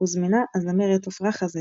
הוזמנה הזמרת עפרה חזה,